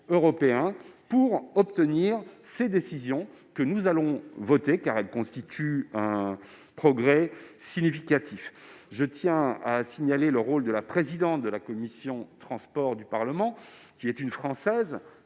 européen pour obtenir ces décisions, que nous allons voter, car elles constituent un progrès significatif. Je tiens à signaler le rôle de la présidente de la commission des transports et du tourisme